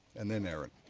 and then erin.